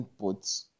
inputs